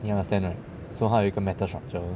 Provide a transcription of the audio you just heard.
you understand right so 它有一个 metal structure